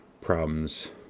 problems